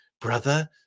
brother